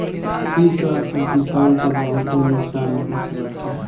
इ सब से किसान के बहुते नुकसान होत बाटे